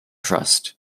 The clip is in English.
trust